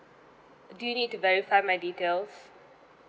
do you need to verify my details